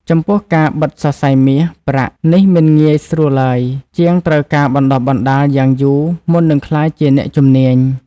ចំពោះការបិទសរសៃមាស ប្រាក់ នេះមិនងាយស្រួលឡើយជាងត្រូវការបណ្តុះបណ្តាលយ៉ាងយូរមុននឹងក្លាយជាអ្នកជំនាញ។